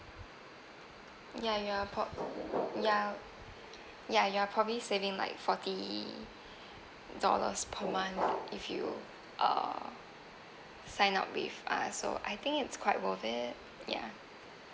ya ya prob~ ya ya you're probably saving like forty dollars per month if you uh sign up with us so I think it's quite worth it ya